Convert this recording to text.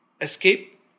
escape